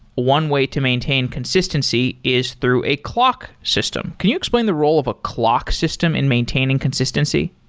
one way to maintain consistency is through a clock system. can you explain the role of a clock system in maintaining consistency?